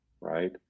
Right